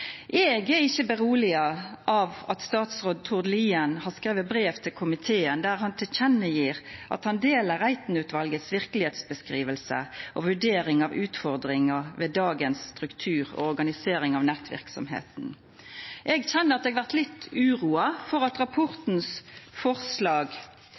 Eg er ikkje roa av at statsråd Tord Lien har skrive brev til komiteen der han gjev til kjenne at han deler Reiten-utvalets verkelegheitsbeskriving og vurdering av utfordringar ved dagens struktur og organisering av nettverksemda. Eg kjenner at eg blei litt uroa for at